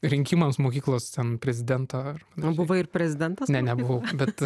rinkimams mokyklos tam prezidento buvai ir prezidentas ne nebuvau bet